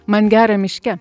man gera miške